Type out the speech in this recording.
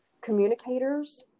communicators